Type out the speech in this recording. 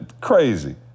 crazy